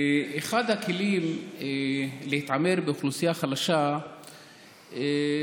אחד הכלים להתעמר באוכלוסייה חלשה ולהסית